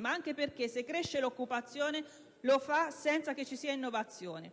ma anche perché se cresce l'occupazione ciò avviene senza che ci sia innovazione.